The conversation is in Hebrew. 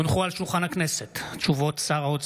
חלוקת הנשק ללא מעורבות של משרד הרווחה והביטחון